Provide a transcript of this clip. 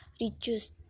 reduce